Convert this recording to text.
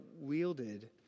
wielded